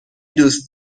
دوست